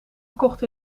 gekocht